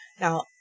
Now